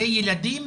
וילדים